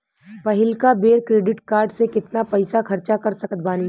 पहिलका बेर credit card से केतना पईसा खर्चा कर सकत बानी?